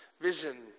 Vision